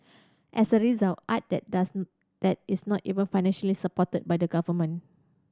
as a result art that does that is not even financially supported by the government